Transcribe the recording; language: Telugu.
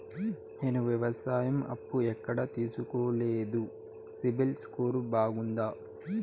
నేను వ్యవసాయం అప్పు ఎక్కడ తీసుకోలేదు, సిబిల్ స్కోరు బాగుందా?